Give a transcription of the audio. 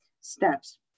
steps